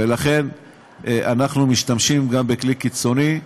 ולכן אנחנו משתמשים גם בכלי קיצוני.